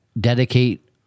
dedicate